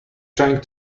trying